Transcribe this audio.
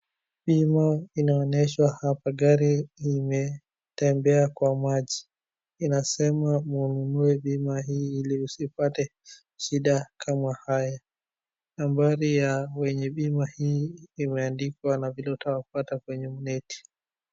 Bima inaonyeshwa hapa, gari imetembea kwa maji, inasema mnunue bima hii ili usipate shida kama haya. Nambari ya bima hii imeandikwa na vile utawapata kwenye neti.